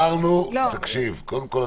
קודם כל,